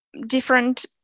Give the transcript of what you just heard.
different